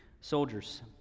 soldiers